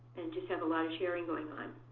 and just have a lot of sharing going on.